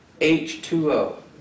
H2O